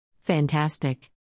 Fantastic